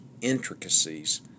intricacies